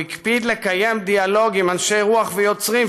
הוא הקפיד לקיים דיאלוג עם אנשי רוח ויוצרים,